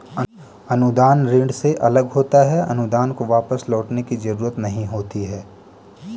अनुदान ऋण से अलग होता है अनुदान को वापस लौटने की जरुरत नहीं होती है